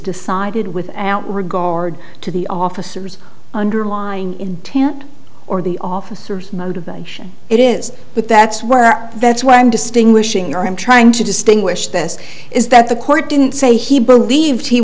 decided without regard to the officers underlying intent or the officers motivation it is but that's where our that's what i'm distinguishing your i'm trying to distinguish this is that the court didn't say he believed he